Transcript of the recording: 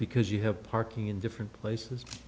because you have parking in different places